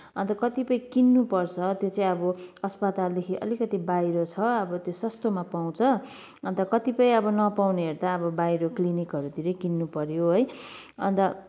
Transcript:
अन्त कतिपय किन्नुपर्छ त्यो चाहिँ अब अस्पतालदेखि अलिकति बाहिर छ अब त्यो सस्तोमा पाउँछ अन्त कतिपय अब नपाउनेहरू त अब बाहिर क्लिनिकहरूतिरै किन्नुपऱ्यो है अन्त